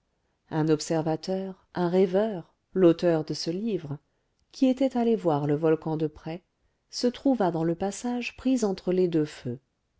un observateur un rêveur l'auteur de ce livre qui était allé voir le volcan de près se trouva dans le passage pris entre les deux feux